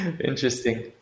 Interesting